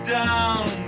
down